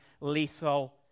lethal